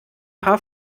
paar